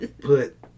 put